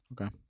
Okay